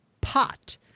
pot